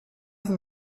than